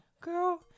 Girl